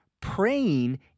Praying